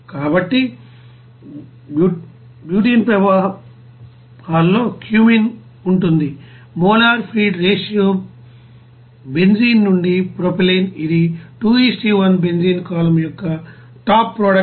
కాబట్టి బెంజీన్ ప్రవాహాలలో క్యూమెన్ ఉంటుంది మోలార్ ఫీడ్ రేషియో బెంజీన్ నుండి ప్రొపైలిన్ ఇది 2 1 బెంజీన్ కాలమ్ యొక్క టాప్ ప్రోడక్ట్ 98